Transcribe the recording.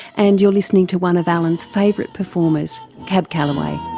and you're listening to one of alan's favourite performers cab calloway.